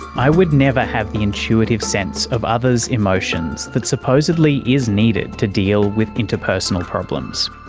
i would never have the intuitive sense of others' emotions that supposedly is needed to deal with interpersonal problems,